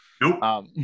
Nope